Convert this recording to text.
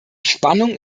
spannung